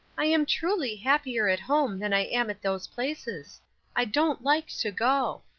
i am truly happier at home than i am at those places i don't like to go.